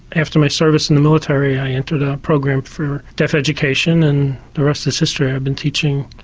after my service in the military i entered a program for deaf education and the rest is history i've been teaching.